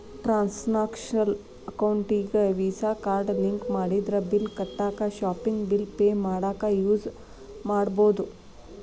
transactional ಅಕೌಂಟಿಗಿ Visa card link ಮಾಡಿದ್ರ bill ಕಟ್ಟಾಕ ಶಾಪಿಂಗ್ ಬಿಲ್ ಪೆ ಮಾಡಾಕ ಯೂಸ್ ಮಾಡಬೋದು